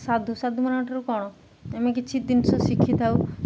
ସାଧୁ ସାଧୁମାନଙ୍କଠାରୁ କ'ଣ ଆମେ କିଛି ଜିନିଷ ଶିଖିଥାଉ